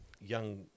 young